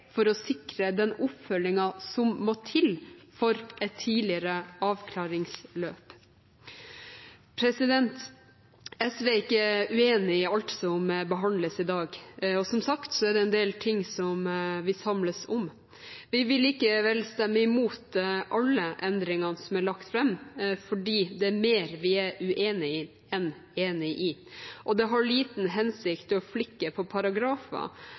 for å sikre den oppfølgingen som må til for et tidligere avklaringsløp. SV er ikke uenig i alt som behandles i dag, og som sagt er det en del ting vi samles om. Vi vil likevel stemme imot alle endringene som er lagt fram, fordi det er mer vi er uenig i enn enig i, og det har liten hensikt å flikke på paragrafer